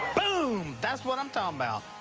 boom. that's what i'm talking about.